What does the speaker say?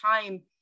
time